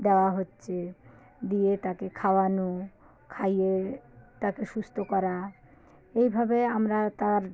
দেওয়া হচ্ছে দিয়ে তাকে খাওয়ানো খাইয়ে তাকে সুস্থ করা এইভাবে আমরা তার